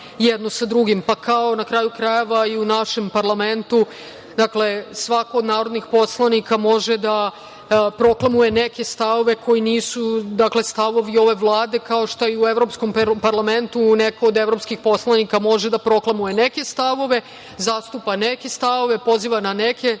jedno sa drugim, pa kao, na kraju krajeva i u našem parlamentu svako od narodnih poslanika može da proklamuje neke stavove koji nisu stavovi ove Vlade, kao što i u Evropskom parlamentu neko od evropskih poslanika može da proklamuje neke stavove, zastupa neke stavove, poziva na neke